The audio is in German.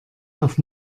auf